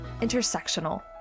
intersectional